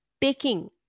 taking